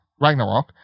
Ragnarok